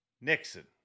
Nixon